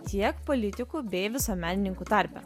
tiek politikų bei visuomenininkų tarpe